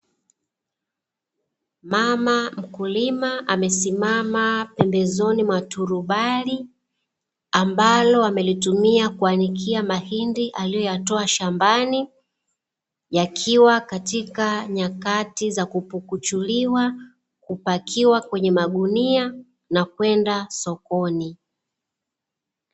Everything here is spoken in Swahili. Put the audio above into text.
Mama mkulima amesimama pembezoni mwa turubai, ambalo amelitumia kuanikia mahindi aliyoyatoa shambani, yakiwa katika nyakati za kupukuchuliwa, kupakiwa kwenye magunia na kwenda sokoni.